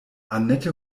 annette